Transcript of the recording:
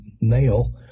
nail